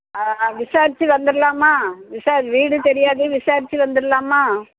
விசாரித்து வந்துடலாம்மா விசாரி வீடு தெரியாது விசாரித்து வந்துடலாம்மா